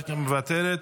מוותרת,